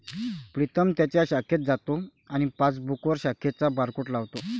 प्रीतम त्याच्या शाखेत जातो आणि पासबुकवर शाखेचा बारकोड लावतो